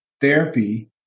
Therapy